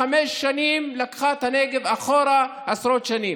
חמש שנים לקחה את הנגב אחורה עשרות שנים,